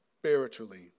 spiritually